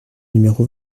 numéro